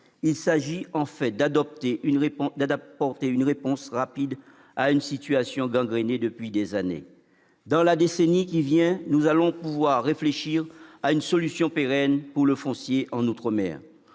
Il s'agit, en fait, d'apporter une réponse rapide à une situation gangrenée depuis des années. Dans la décennie qui vient, nous allons pouvoir réfléchir à une solution pérenne pour le foncier en outre-mer.